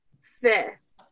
fifth